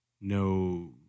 No